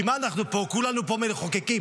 כי מה אנחנו פה, כולנו פה מחוקקים.